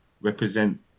represent